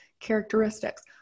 characteristics